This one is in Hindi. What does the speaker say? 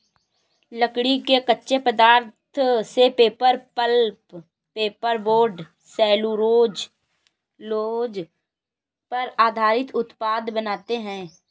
लकड़ी के कच्चे पदार्थ से paper, pulp, paper board, cellulose पर आधारित उत्पाद बनाते हैं